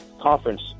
conference